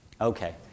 Okay